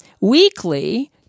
weekly